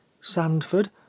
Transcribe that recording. Sandford